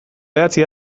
idatzi